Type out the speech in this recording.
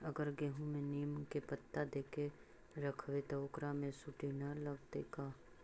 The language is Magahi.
अगर गेहूं में नीम के पता देके यखबै त ओकरा में सुढि न लगतै का?